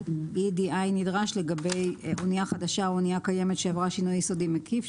EEDI נדרש לגבי אנייה חדשה או אנייה קיימת שעברה שינוי יסודי מקיף,